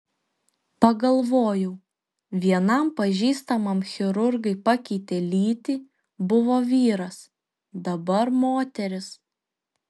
pagalvojau vienam pažįstamam chirurgai pakeitė lytį buvo vyras dabar moteris